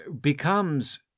becomes